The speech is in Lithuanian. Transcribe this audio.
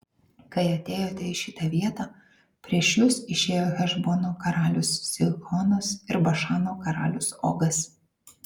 kai atėjote į šitą vietą prieš jus išėjo hešbono karalius sihonas ir bašano karalius ogas